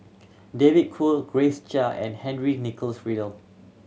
David Kwo Grace Chia and Henry Nicholas Ridley